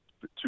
two